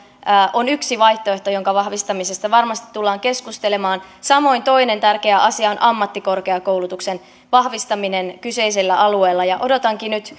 on yksi vaihtoehto jonka vahvistamisesta varmasti tullaan keskustelemaan samoin toinen tärkeä asia on ammattikorkeakoulutuksen vahvistaminen kyseisellä alueella odotankin nyt